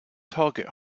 target